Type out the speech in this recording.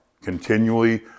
continually